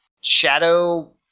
Shadow